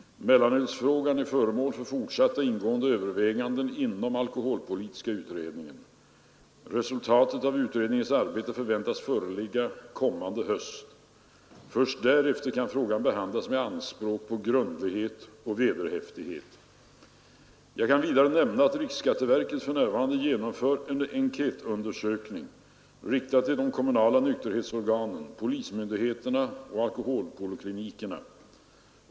Mellanölsfrågan är föremål för fortsatta ingående överväganden inom alkoholpolitiska utredningen. Resultatet av utredningens arbete förväntas föreligga kommande höst. Först därefter kan frågan behandlas med anspråk på grundlighet och vederhäftighet. Jag kan vidare nämna att riksskatteverket för närvarande genomför en enkätundersökning riktad till de kommunala nykterhetsorganen, polismyndigheterna och alkoholpoliklinikerna.